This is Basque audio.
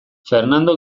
fernando